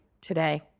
today